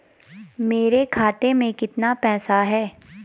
मेरे खाते में कितना पैसा है?